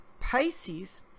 pisces